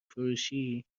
فروشی